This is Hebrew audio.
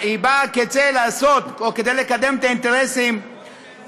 היא באה כדי לקדם את האינטרסים